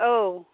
औ